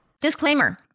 Disclaimer